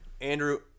Andrew